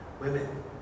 women